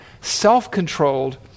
self-controlled